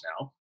now